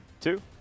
two